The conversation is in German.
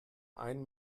ein